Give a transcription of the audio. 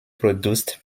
produced